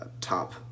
top